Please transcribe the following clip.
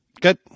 good